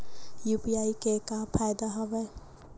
UPI के का फ़ायदा हवय?